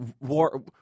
war